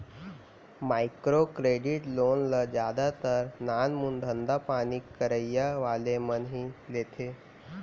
micro credit loan ल जादातर नानमून धंधापानी करइया वाले मन ह ही लेथे